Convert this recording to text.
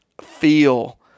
feel